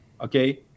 okay